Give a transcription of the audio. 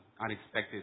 unexpected